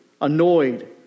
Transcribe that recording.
annoyed